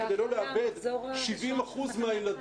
כדי לא לאבד 70% מהילדים,